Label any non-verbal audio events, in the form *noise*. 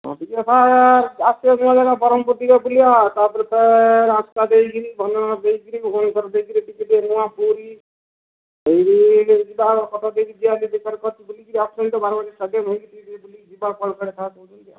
ହଁ ଟିକେ *unintelligible* ଆସିଛେ ଟିକେ ଯଦି ବରମ୍ପୁର୍ ଟିକେ ବୁଲିବା ତା'ପରେ ଫେରେ ଆସ୍କା ଦେଇ କରି ଭଞ୍ଜନଗର ଦେଇକିରି ଭୁବନେଶ୍ୱର ଦେଇକିରି ଟିକେ *unintelligible* ପୁରୀ *unintelligible* ଯିବା କଟକ ଦେଇ କି ଯିବା *unintelligible* ବାରବାଟୀ ଷ୍ଟାଡ଼ିୟମ୍ ହେଇକି ଟିକେ ଟିକେ ବୁଲିକି ଯିବା କୁଆଡ଼େ କୁଆଡ଼େ ସାର୍ କହୁଛନ୍ତି ଆଉ